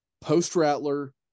post-Rattler